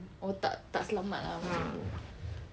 oh tak tak selamat lah macam tu